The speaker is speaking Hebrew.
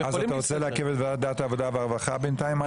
אז אתה רוצה לעכב את ועדת העבודה והרווחה בינתיים?